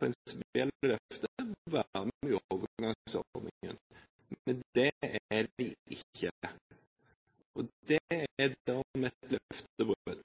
være med i overgangsordningen, men det er de ikke. Det er dermed et løftebrudd.